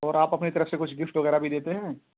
اور آپ اپنی طرف سے کچھ گفٹ وغیرہ بھی دیتے ہیں